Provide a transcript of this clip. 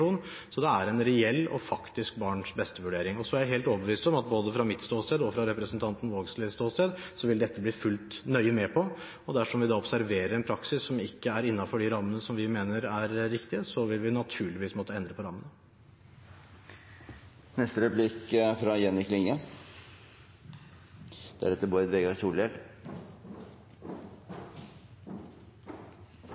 Så det er en reell og faktisk barns beste-vurdering. Så er jeg helt overbevist om at både fra mitt ståsted og fra representanten Vågslids ståsted vil dette bli fulgt nøye med på. Dersom vi observerer en praksis som ikke er innenfor de rammene som vi mener er riktige, vil vi naturligvis måtte endre på rammen. Innanfor dei fleste felta er